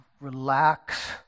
relax